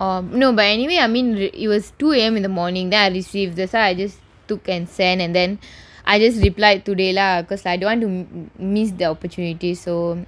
or no but anyway I mean it was two A_M in the morning then I receive that's why I just took and send and then I just replied today lah because I don't want to miss the opportunity so